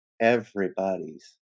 everybody's